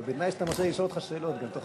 בתנאי שאתה מרשה לי לשאול אותך שאלות גם תוך כדי.